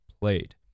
played